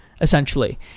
essentially